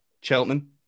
Cheltenham